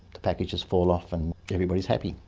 the packages fall off and everybody is happy.